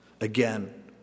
again